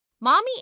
Mommy